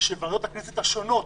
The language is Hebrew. שוועדות הכנסת השונות